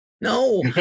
No